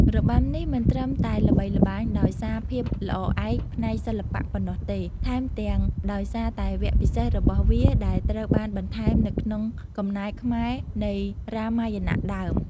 របាំនេះមិនត្រឹមតែល្បីល្បាញដោយសារភាពល្អឯកផ្នែកសិល្បៈប៉ុណ្ណោះទេ ថែមទាំងដោយសារតែវគ្គពិសេសរបស់វាដែលត្រូវបានបន្ថែមនៅក្នុងកំណែខ្មែរនៃរាមាយណៈដើម។